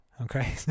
okay